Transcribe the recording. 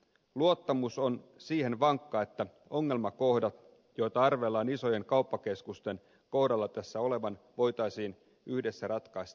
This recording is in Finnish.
luottamus on vankka siihen että ongelmakohdat joita arvellaan isojen kauppakeskusten kohdalla tässä olevan voitaisiin tulevaisuudessa yhdessä ratkaista